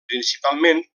principalment